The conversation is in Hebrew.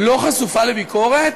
לא חשופה לביקורת?